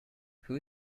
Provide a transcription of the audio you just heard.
who